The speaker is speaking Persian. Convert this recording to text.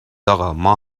اقا، ما